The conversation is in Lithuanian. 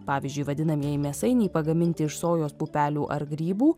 pavyzdžiui vadinamieji mėsainiai pagaminti iš sojos pupelių ar grybų